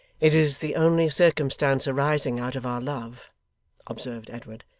it is the only circumstance arising out of our love observed edward,